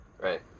right